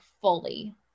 fully